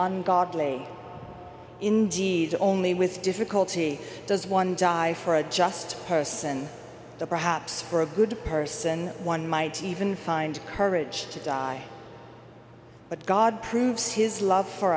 ungodly indeed only with difficulty does one die for a just person perhaps for a good person one might even find courage to die but god proves his love for